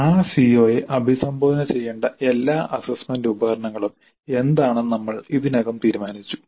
ആ സിഒയെ അഭിസംബോധന ചെയ്യേണ്ട എല്ലാ അസ്സസ്സ്മെന്റ് ഉപകരണങ്ങളും എന്താണെന്ന് നമ്മൾ ഇതിനകം തീരുമാനിച്ചു